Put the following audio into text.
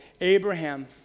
Abraham